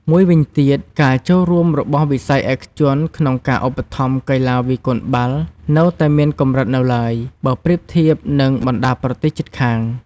មួយវិញទៀត ការចូលរួមរបស់វិស័យឯកជនក្នុងការឧបត្ថម្ភកីឡាវាយកូនបាល់នៅតែមានកម្រិតនៅឡើយ បើប្រៀបធៀបនឹងបណ្តាប្រទេសជិតខាង។